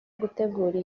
gutegura